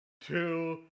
two